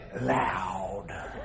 loud